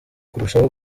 kurushaho